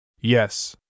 Yes